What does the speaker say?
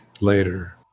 later